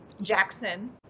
Jackson